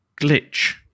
glitch